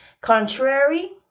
contrary